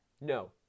No